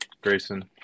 Grayson